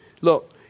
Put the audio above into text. Look